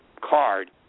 card